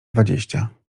dwadzieścia